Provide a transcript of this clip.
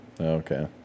Okay